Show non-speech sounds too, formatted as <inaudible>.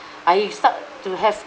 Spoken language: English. <breath> I start to have